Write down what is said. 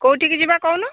କେଉଁଠିକି ଯିବା କହୁନୁ